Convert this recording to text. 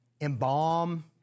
embalm